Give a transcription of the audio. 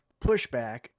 pushback